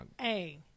Hey